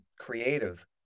creative